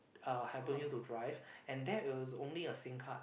uh helping you to drive and that is only a sim card